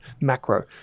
macro